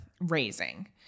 raising